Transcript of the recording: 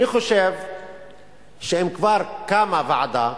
אני חושב שאם כבר קמה ועדה,